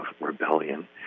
rebellion